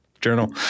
journal